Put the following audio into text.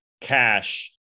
cash